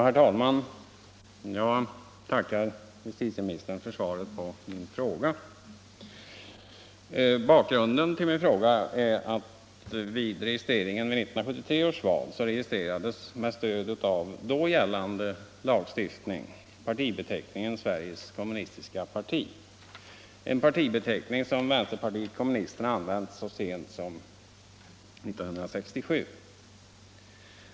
Herr talman! Jag tackar justitieministern för svaret på min fråga. Bakgrunden till min fråga är att vid registreringen till 1973 års val med stöd av då gällande lagstiftning registrerades partibeteckningen Sveriges kommunistiska parti, en partibeteckning som vänsterpartiet kommunisterna använt så sent som 1967.